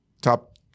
top